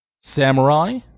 samurai